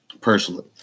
personally